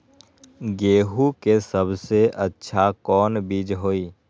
गेंहू के सबसे अच्छा कौन बीज होई?